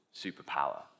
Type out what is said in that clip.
superpower